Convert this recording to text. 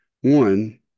one—